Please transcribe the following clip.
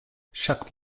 chaque